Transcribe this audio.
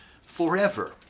forever